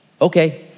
Okay